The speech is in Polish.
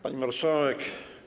Pani Marszałek!